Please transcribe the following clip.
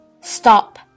stop